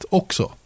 också